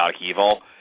evil